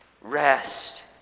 rest